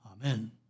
Amen